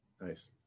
Nice